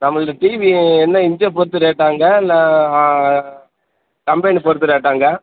நம்மளது டிவி என்ன இன்ச்சை பொறுத்து ரேட்டாங்க இல்லை கம்பெனி பொறுத்து ரேட்டாங்க